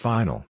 Final